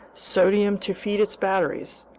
sodium to feed its batteries,